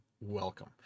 welcome